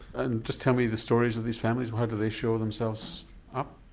and just tell me the stories of these families, how do they show themselves up?